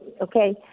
okay